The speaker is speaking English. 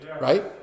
right